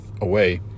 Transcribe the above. away